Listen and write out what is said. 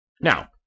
Now